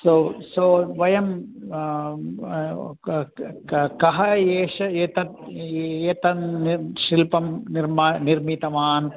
सो सो वयं कः कः कः एष एतत् एतन् निर् शिल्पं निर्मा निर्मितवान्